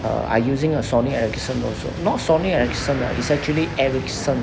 uh I using a sony ericsson also not sony ericsson eh it's actually ericsson